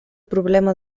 problema